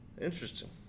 Interesting